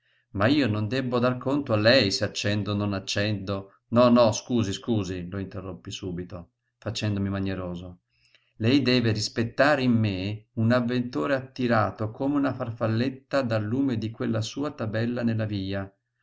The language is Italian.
ma io non debbo dar conto a lei se accendo o non accendo no no scusi scusi lo interruppi subito facendomi manieroso lei deve rispettare in me un avventore attirato come una farfalletta dal lume di quella sua tabella nella via